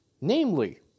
Namely